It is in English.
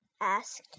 asked